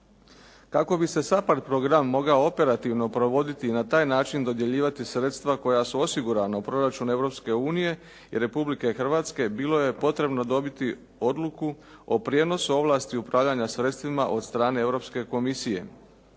Kako bi se SAPARD program mogao operativno provoditi i na taj način dodjeljivati sredstva koja su osigurana u proračunu Europske unije i Republike Hrvatske bilo je potrebno dobiti odluku o prijenosu ovlasti i upravljanja sredstvima od strane Europske komisije.